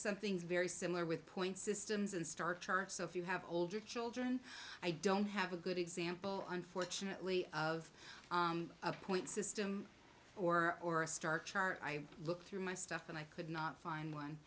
some things very similar with points systems and start so if you have children i don't have a good example unfortunately of a point system or or a star chart i look through my stuff and i could not find one